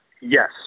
Yes